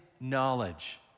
knowledge